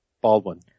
Baldwin